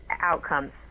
outcomes